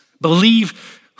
believe